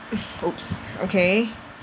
!oops! okay